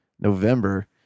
November